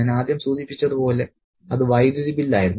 ഞാൻ ആദ്യം സൂചിപ്പിച്ചത് പോലെ അത് വൈദ്യുതി ബില്ലായിരുന്നു